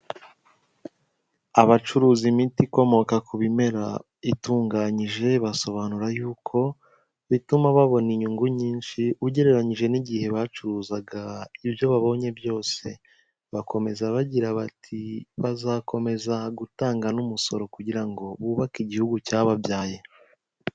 Abacuruza imiti ikomoka ku bimera itunganyije, basobanura yuko bituma babona inyungu nyinshi, ugereranyije n'igihe bacuruzaga ibyo babonye byose, bakomeza bagira bati bazakomeza gutanga n'umusoro kugira ngo bubake igihugu cyababyaye.